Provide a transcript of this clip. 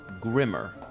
grimmer